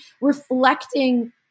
reflecting